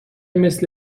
مثل